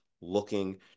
looking